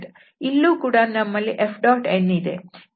ಇಲ್ಲೂ ಕೂಡ ನಮ್ಮಲ್ಲಿ F⋅nಇದೆ